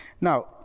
now